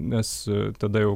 nes tada jau